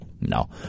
no